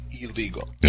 illegal